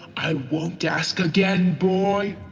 i won't ask again, boy!